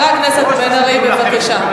חבר הכנסת בן-ארי, בבקשה.